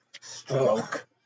Stroke